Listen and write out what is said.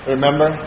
Remember